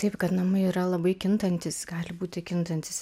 taip kad namai yra labai kintantis gali būti kintantis